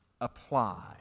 apply